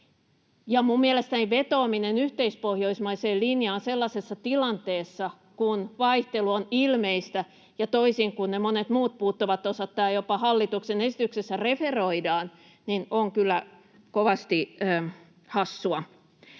mielestäni vetoaminen yhteispohjoismaiseen linjaan sellaisessa tilanteessa, kun vaihtelu on ilmeistä ja toisin kuin ne monet muut puuttuvat osat, tämä jopa hallituksen esityksessä referoidaan, on kyllä kovasti hassua.